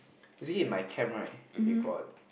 you see in my camp right we got